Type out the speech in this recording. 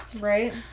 Right